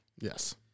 Yes